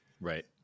Right